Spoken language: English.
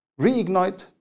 Reignite